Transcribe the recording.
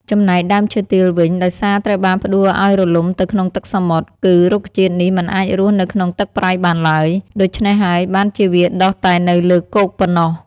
ចំណែកដើមឈើទាលវិញ ដោយសារត្រូវបានផ្តួលឲ្យរលំទៅក្នុងទឹកសមុទ្រ គឺរុក្ខជាតិនេះមិនអាចរស់នៅក្នុងទឹកប្រៃបានឡើយ ដូច្នេះហើយបានជាវាដុះតែនៅលើគោកប៉ុណ្ណោះ។